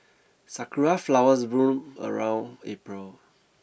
sakura flowers bloom around April